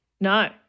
No